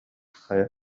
хайа